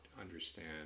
understand